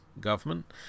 government